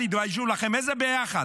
תתביישו לכם, איזה ביחד?